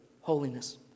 holiness